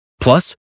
Plus